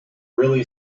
really